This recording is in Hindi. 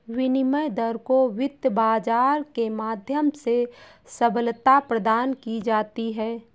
विनिमय दर को वित्त बाजार के माध्यम से सबलता प्रदान की जाती है